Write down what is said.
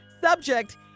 Subject